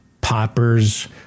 poppers